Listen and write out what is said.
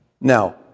Now